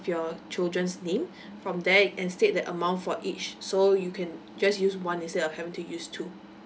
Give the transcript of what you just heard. your children's name from there and state the amount for each so you can just use one instead of having to use two